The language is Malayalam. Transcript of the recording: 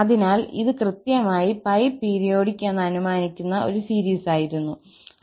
അതിനാൽ ഇത് കൃത്യമായി 𝜋 പീരിയോഡിക് എന്ന് അനുമാനിക്കുന്ന സീരീസായിരുന്നു